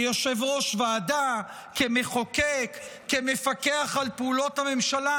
כיושב-ראש ועדה, כמחוקק, כמפקח על פעולות הממשלה,